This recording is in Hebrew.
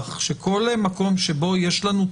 בהכרח שכל מקום שבו יש לנו תמונות,